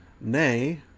nay